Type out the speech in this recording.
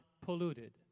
polluted